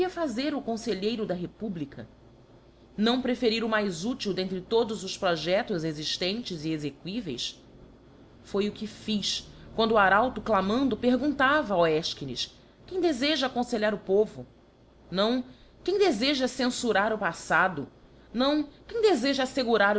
fazer o confelheiro da republica não preferir o mais útil dentre todos os projedos exiftentes e exequiveis foi o que fiz quando o arauto clamando perguntava ó efchines tquem defeja aconfelhar o povo não quem defeja cenfurar o paífado não quem defeja aítegurar